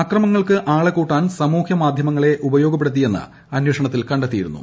അക്രമങ്ങൾക്ക് ആളെ കൂട്ടാൻ സാമൂഹ്യ മാധ്യമങ്ങളെ ഉപയോഗപ്പെടുത്തിയെന്ന് അന്വേഷണത്തിൽ കണ്ടെത്തിയിരുന്നു